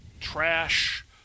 trash